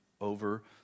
over